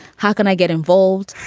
how can i get involved?